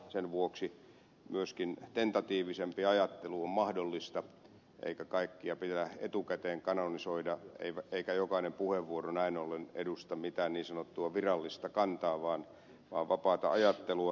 sen vuoksi myöskin tentatiivisempi ajattelu on mahdollista eikä kaikkea pidä etukäteen kanonisoida eikä jokainen puheenvuoro näin ollen edusta mitään niin sanottua virallista kantaa vaan vapaata ajattelua